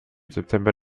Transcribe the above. september